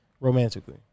romantically